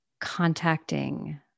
contacting